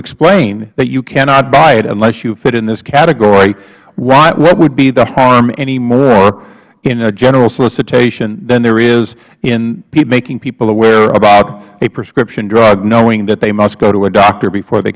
explain that you cannot buy it unless you fit in this category what would be the harm any more in a general solicitation than there is in making people aware about a prescription drug knowing that they must go to a doctor before they